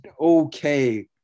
okay